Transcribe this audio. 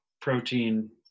protein